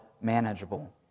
manageable